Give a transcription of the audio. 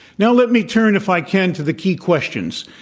now, let me turn, if i can, to the key questions,